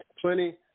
plenty